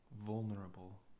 vulnerable